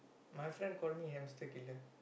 my friend call me hamster killer